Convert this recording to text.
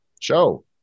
Show